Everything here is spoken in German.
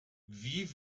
wie